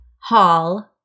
hall